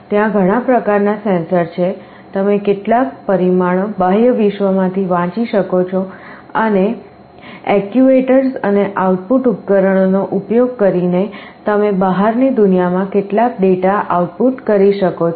ત્યાં ઘણા પ્રકારના સેન્સર છે તમે કેટલાક પરિમાણો બાહ્ય વિશ્વમાંથી વાંચી શકો છો અને એક્ટ્યુએટર્સ અને આઉટપુટ ઉપકરણો નો ઉપયોગ કરી ને તમે બહારની દુનિયામાં કેટલાક ડેટા આઉટપુટ કરી શકો છો